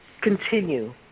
continue